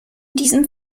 diesem